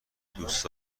دوست